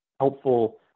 helpful